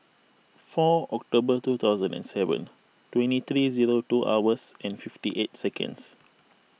four October two thousand and seven twenty three zero two hours and fifty eight seconds